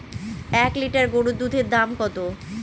এক লিটার গরুর দুধের দাম কত?